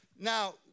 Now